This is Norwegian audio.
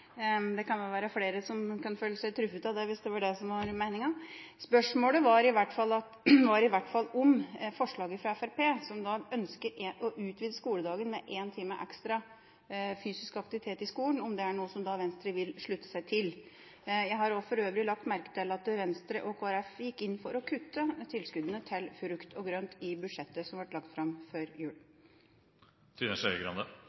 det kan vel være flere som kan føle seg truffet av det, hvis det var det som var meningen. Spørsmålet var i hvert fall om forslaget fra Fremskrittspartiet, som ønsker å utvide skoledagen med én time ekstra fysisk aktivitet i skolen, er noe som Venstre vil slutte seg til. Jeg har for øvrig lagt merke til at Venstre og Kristelig Folkeparti gikk inn for å kutte tilskuddene til frukt og grønt i budsjettet som ble lagt fram før